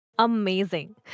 Amazing